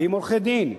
ועם עורכי-דין,